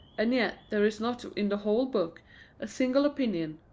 and yet there is not in the whole book a single opinion,